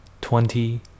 twenty